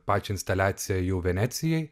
pačią instaliaciją jau venecijai